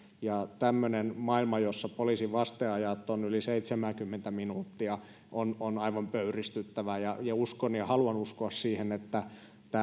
tämmöinen maailma jossa poliisin vasteajat ovat yli seitsemänkymmentä minuuttia on on aivan pöyristyttävä uskon ja haluan uskoa siihen että tämän